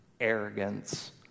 arrogance